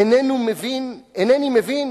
אינני מבין,